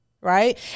right